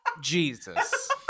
Jesus